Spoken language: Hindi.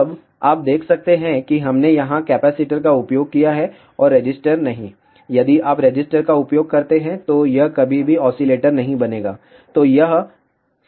अब आप देख सकते हैं कि हमने यहां कैपेसिटर का उपयोग किया है और रेसिस्टर नहीं यदि आप रेसिस्टर का उपयोग करते हैं तो यह कभी भी ऑसीलेटर नहीं बनेगा